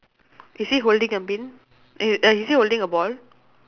is he holding a bin eh uh is he holding a ball